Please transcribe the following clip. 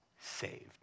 saved